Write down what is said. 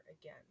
again